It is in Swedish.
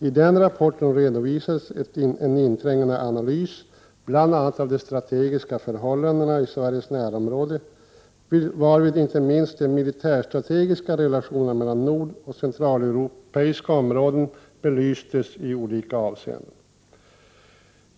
I denna säkerhetspolitiska rapport redovisades en inträngande analys bl.a. av de strategiska förhållandena i Sveriges närområde, varvid inte minst de militärstrategiska relationerna mellan nordoch centraleuropeiska områden belystes i olika avseenden.